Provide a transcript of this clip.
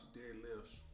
deadlifts